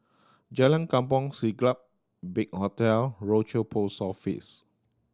Jalan Kampong Siglap Big Hotel Rochor Post Office